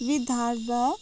Vidarbha